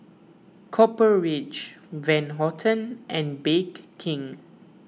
Copper Ridge Van Houten and Bake King